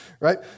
right